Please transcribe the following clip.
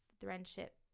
friendship